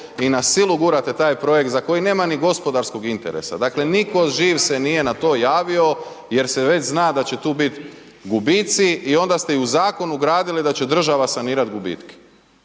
i na silu gurate taj projekt za kojeg nema ni gospodarskog interesa, dakle niko živ se nije na to javio jer se već zna da će tu bit gubici i onda ste i u zakon ugradili da će država sanirat gubitke,